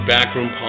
Backroom